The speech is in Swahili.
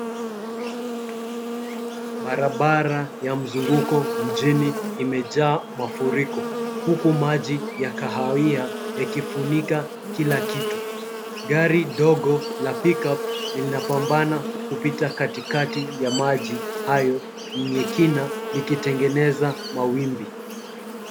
Barabara ya mzunguko mjini imejaa mafuriko huku maji ya kahawia ikifunika kila kitu. Gari ndogo la pick-up linapambana kupita katikati ya maji hayo yenye kina likitengeneza mawimbi.